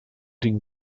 den